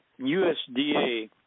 USDA